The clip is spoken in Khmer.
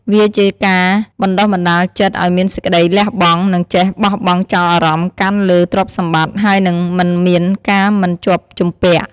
វាជាការបណ្ដុះបណ្ដាលចិត្តឲ្យមានសេចក្ដីលះបង់ និងចេះបោះបង់ចោលអារម្មណ៍កាន់លើទ្រព្យសម្បត្តិ ហើយនិងមិនមានការមិនជាប់ជំពាក់។